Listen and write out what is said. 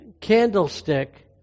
candlestick